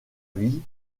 vie